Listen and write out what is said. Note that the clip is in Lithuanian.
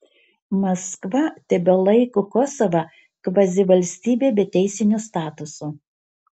maskva tebelaiko kosovą kvazivalstybe be teisinio statuso